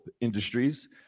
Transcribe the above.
industries